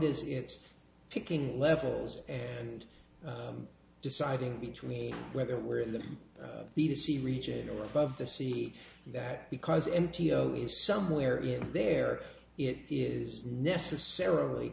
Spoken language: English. as it's picking levels and deciding between whether we're in the b d c region or above the sea that because n t o is somewhere in there it is necessarily